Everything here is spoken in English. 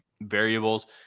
variables